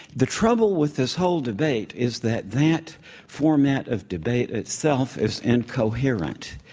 the trouble with this whole debate is that that format of debate itself is incoherent